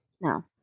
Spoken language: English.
No